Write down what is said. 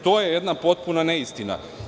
To je jedna potpuna neistina.